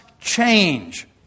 change